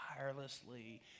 tirelessly